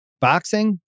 Boxing